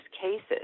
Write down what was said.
cases